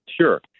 Sure